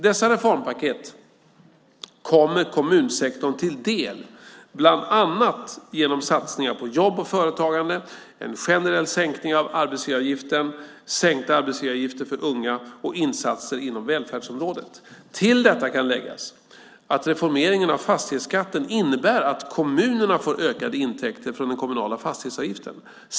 Dessa reformpaket kommer kommunsektorn till del bland annat genom satsningar på jobb och företagande, en generell sänkning av arbetsgivaravgiften, sänkta arbetsgivaravgifter för unga och insatser inom välfärdsområdet. Till detta kan läggas att reformeringen av fastighetsskatten innebär att kommunerna får ökade intäkter från den kommunala fastighetsavgiften.